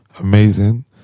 Amazing